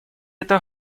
это